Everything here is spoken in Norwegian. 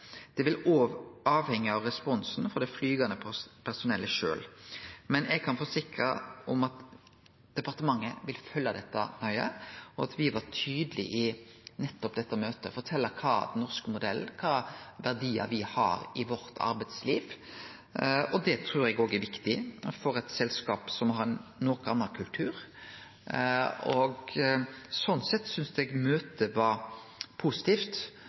Det vil òg avhenge av responsen frå det flygande personellet sjølv. Men eg kan forsikre om at departementet vil følgje dette nøye, og at me var tydelege i dette møtet nettopp på å fortelje kva den norske modellen er, og kva verdiar me har i vårt arbeidsliv, og det trur eg òg er viktig for eit selskap som har ein noko annan kultur. Sånn sett synest eg møtet var positivt,